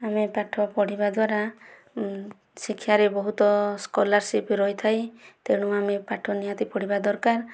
ଆମେ ପାଠ ପଢ଼ିବା ଦ୍ଵାରା ଶିକ୍ଷାରେ ବହୁତ ସ୍କଲାରସିପ୍ ରହିଥାଏ ତେଣୁ ଆମେ ପାଠ ନିହାତି ପଢ଼ିବା ଦରକାର